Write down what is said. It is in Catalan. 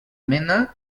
mena